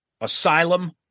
Asylum